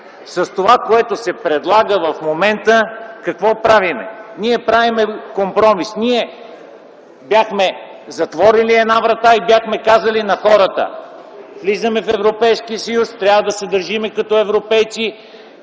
С това, което се предлага в момента, какво правим? Ние правим компромис. Ние бяхме затворили една врата и бяхме казали на хората: „Влизаме в Европейския съюз. Трябва да се държим като европейци.